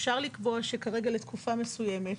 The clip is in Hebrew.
אפשר לקבוע שכרגע לתקופה מסוימת,